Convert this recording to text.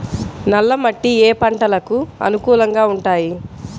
నల్ల మట్టి ఏ ఏ పంటలకు అనుకూలంగా ఉంటాయి?